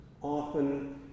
Often